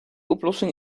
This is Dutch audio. oplossing